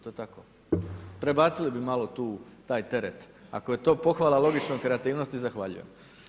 To je tako, prebacili bi malo taj teret, ako je to pohvala logične kreativnosti, zahvaljujem.